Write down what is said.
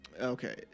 Okay